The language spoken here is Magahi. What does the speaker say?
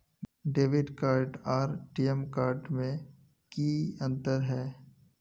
डेबिट कार्ड आर टी.एम कार्ड में की अंतर है?